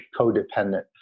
codependent